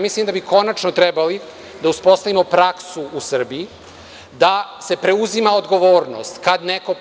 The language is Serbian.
Mislim da bi konačno trebali da uspostavimo praksu u Srbiji da se preuzima odgovornost kad neko